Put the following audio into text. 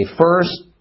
First